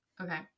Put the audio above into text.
Okay